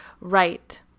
right